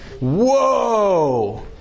Whoa